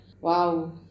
wow